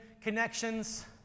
connections